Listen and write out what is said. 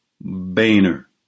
Boehner